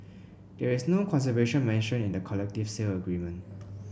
there is no conservation mentioned in the collective sale agreement